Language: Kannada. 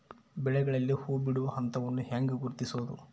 ಬೆಳೆಗಳಲ್ಲಿ ಹೂಬಿಡುವ ಹಂತವನ್ನು ಹೆಂಗ ಗುರ್ತಿಸಬೊದು?